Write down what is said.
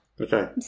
Okay